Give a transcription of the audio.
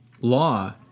law